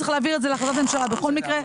צריך להעביר את זה להחלטת ממשלה בכל מקרה,